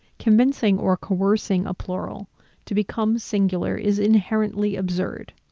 convincing or coercing a plural to become singular is inherently absurd.